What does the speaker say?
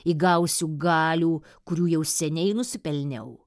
įgausiu galių kurių jau seniai nusipelniau